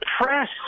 press